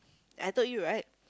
I told you right